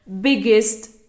biggest